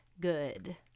good